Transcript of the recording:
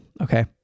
Okay